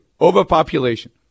overpopulation